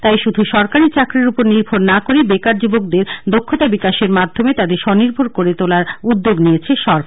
তাই শুধু সরকারি চাকরির উপর নির্ভর না করে বেকার যুবকদের দক্ষতা বিকাশের মাধ্যমে তাদের স্বনির্ভর করে তোলার উদ্যোগ নিয়েছে সরকার